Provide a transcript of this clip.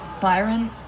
byron